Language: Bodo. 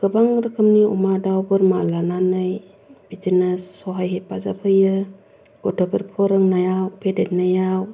गोबां रोखोमनि अमा दाउ बोरमा लानानै बिदिनो सहाय हेफाजाब होयो गथ'फोर फोरोंनायाव फेदेरनायाव